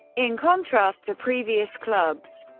in contrast to previous clubs,